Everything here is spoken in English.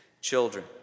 children